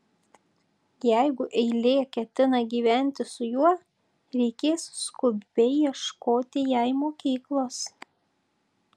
jeigu eilė ketina gyventi su juo reikės skubiai ieškoti jai mokyklos